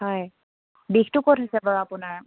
হয় বিষটো ক'ত হৈছে বাৰু আপোনাৰ